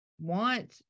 want